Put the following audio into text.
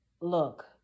look